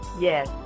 Yes